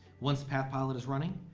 once pathpilot is running,